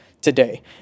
today